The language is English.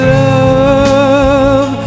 love